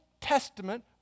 Testament